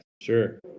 sure